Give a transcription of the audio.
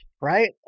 Right